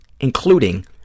including